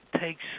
takes